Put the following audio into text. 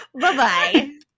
Bye-bye